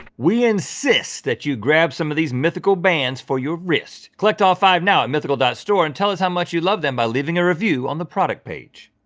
we insist that you grab some of these mythical bands for your wrists. collect all five now at mythical store and tell us how much you love them by leaving a review on the product page.